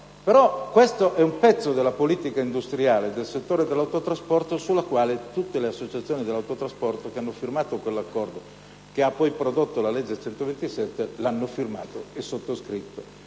però è un pezzo della politica industriale del settore dell'autotrasporto che tutte le associazioni dell'autotrasporto, che hanno firmato l'accordo che ha poi prodotto la legge n. 127 del 2010, hanno firmato e sottoscritto.